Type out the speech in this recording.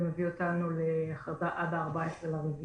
זה מביא אותנו להכרזה עד ה-14 באפריל.